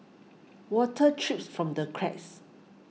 water trips from the cracks